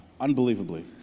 Unbelievably